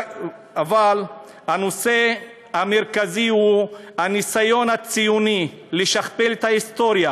אבל הנושא המרכזי הוא הניסיון הציוני לשכפל את ההיסטוריה